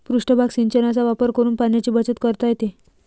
पृष्ठभाग सिंचनाचा वापर करून पाण्याची बचत करता येते